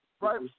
Right